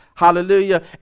Hallelujah